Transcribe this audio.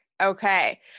Okay